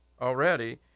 already